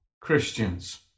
Christians